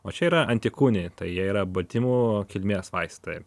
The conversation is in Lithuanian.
o čia yra antikūniai tai jie yra baltymų kilmės vaistai